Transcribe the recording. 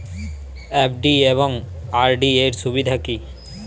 FD এবং RD এর সুবিধা কী?